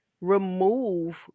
Remove